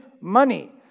money